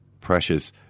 precious